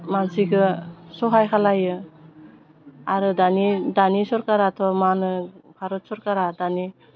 मानसिखो सहाय खालायो आरो दानि दानि सरकाराथ' मा होनो भारत सरकारा दानि